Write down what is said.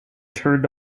turned